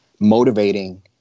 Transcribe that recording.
Motivating